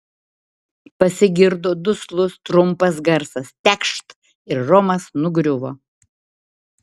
pasigirdo duslus trumpas garsas tekšt ir romas nugriuvo